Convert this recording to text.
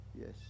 yes